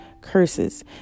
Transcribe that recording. curses